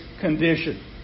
condition